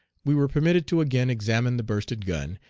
we were permitted to again examine the bursted gun,